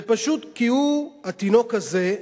זה פשוט כי הוא, התינוק הזה,